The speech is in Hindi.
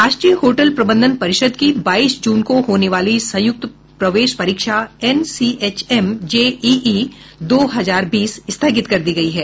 राष्ट्रीय होटल प्रबंधन परिषद की बाईस जून को होने वाली संयुक्त प्रवेश परीक्षा एनसीएचएम जेईई दो हजार बीस स्थगित कर दी गई है